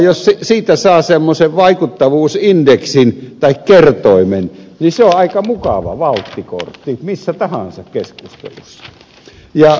jos siitä saa semmoisen vaikuttavuusindeksin tai kertoimen niin se on aika mukava valttikortti missä tahansa keskustelussa